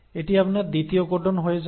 এটি আপনার দ্বিতীয় কোডন হয়ে যায়